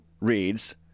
reads